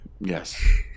Yes